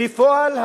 בפועל,